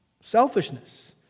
Selfishness